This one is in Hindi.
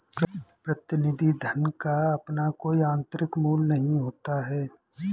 प्रतिनिधि धन का अपना कोई आतंरिक मूल्य नहीं होता है